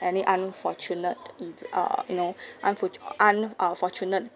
any unfortunate eve uh you know unfortun~ un uh fortunate